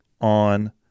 on